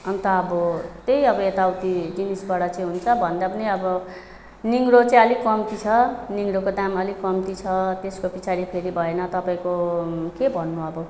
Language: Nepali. अन्त अब त्यही हो अब यताउति जिनिसबाट चाहिँ हुन्छ भन्दा पनि अब निगुरो चाहिँ अलिक कम्ती छ निगुरोको दाम अलिक कम्ती छ त्यसको पछाडि फेरि भएन तपाईँको के भन्नु अब